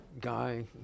guy